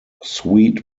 sweet